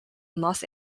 los